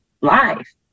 life